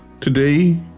Today